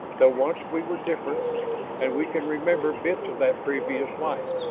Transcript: though once we were different and we can remember bits of that previous life.